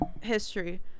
history